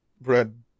bread